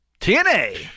TNA